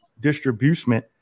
distribution